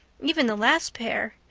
even the last pair.